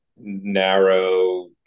narrow